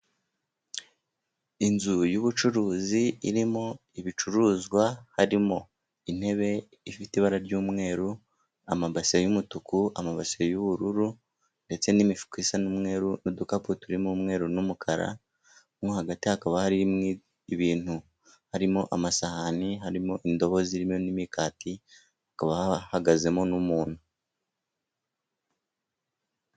Inzu y'ubucuruzi irimo ibicuruzwa harimo intebe ifite ibara ry'umweru, amabase y'umutuku, amabase y'ubururu ndetse n'imifuka isa n'umweru, n'udukapu turimo umweru n'umukara, nko hagati hakaba hari ibintu. Harimo amasahani, harimo indobo zirimo n'imikati hakaba hahagazemo n'umuntu.